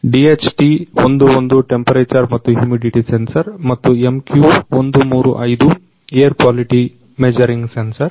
DHT11 temperature ಮತ್ತು humidity sensor ಮತ್ತು MQ135 air quality measuring sensor